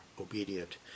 obedient